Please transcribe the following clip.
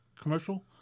commercial